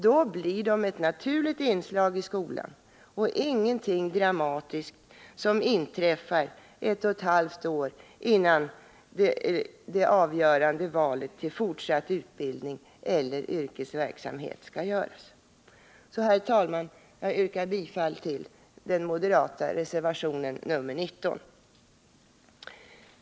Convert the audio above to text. Då blir betygen ett naturligt inslag i skolan och inte något dramatiskt som inträffar ett och ett halvt år innan det avgörande valet till fortsatt utbildning eller yrkesverksamhet skall göras. Herr talman! Jag yrkar bifall till den moderata reservationen 19.